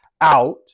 out